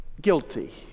guilty